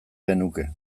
genuke